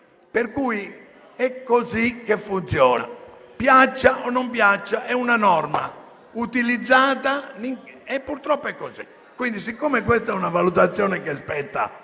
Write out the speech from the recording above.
per cui è così che funziona, piaccia o non piaccia; è una norma utilizzata e purtroppo è così. Siccome questa è una valutazione che spetta